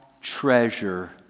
treasure